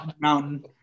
mountain